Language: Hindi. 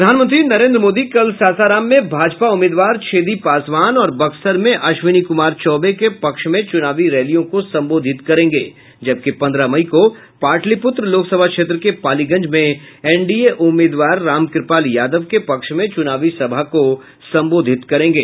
प्रधानमंत्री नरेन्द्र मोदी कल सासाराम में भाजपा उम्मीदवार छेदी पासवान और बक्सर में अश्विनी कुमार चौबे के पक्ष में चुनावी रैलियों को संबोधित करेंगे जबकि पन्द्रह मई को पाटलिपुत्र लोकसभा क्षेत्र के पालीगंज में एनडीए उम्मीदवार रामकृपाल यादव के पक्ष में चूनावी सभा को संबोधित करेंगे